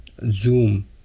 zoom